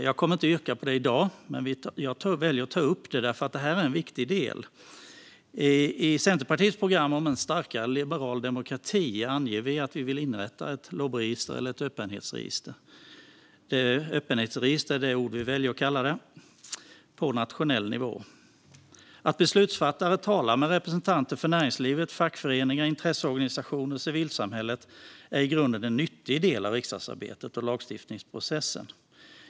Jag kommer inte att göra något yrkande om detta i dag, men jag väljer att ta upp detta, för det är en viktig del. I Centerpartiets program om en starkare liberal demokrati anger vi att vi vill inrätta ett lobbyregister, eller öppenhetsregister som vi väljer att kalla det, på nationell nivå. Att beslutsfattare talar med representanter för näringslivet, fackföreningar, intresseorganisationer och civilsamhället är i grunden en nyttig del av riksdagsarbetet och lagstiftningsprocessen.